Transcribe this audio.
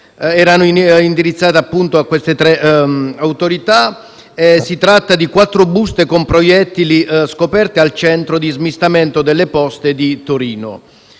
erano indirizzati appunto a queste tre autorità: si tratta di quattro buste con proiettili scoperte al centro di smistamento delle Poste di Torino.